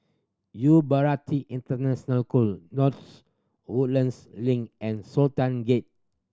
Bharati International North Woodlands Link and Sultan Gate